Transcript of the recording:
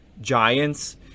Giants